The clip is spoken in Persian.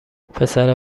پسر